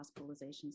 hospitalizations